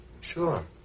Sure